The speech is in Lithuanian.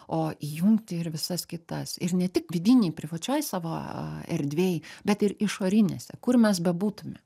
o įjungti ir visas kitas ir ne tik vidinėj privačioj savo erdvėj bet ir išorinėse kur mes bebūtume